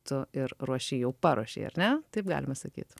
tu ir ruoši jau paruošei ar ne taip galima sakyt